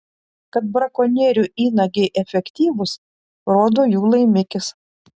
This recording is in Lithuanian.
kad brakonierių įnagiai efektyvūs rodo jų laimikis